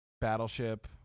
battleship